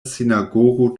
sinagogo